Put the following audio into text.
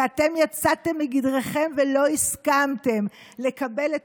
כי אתם יצאתם מגדרכם ולא הסכמתם לקבל את